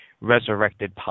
resurrected